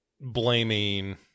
blaming